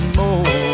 more